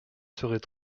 serait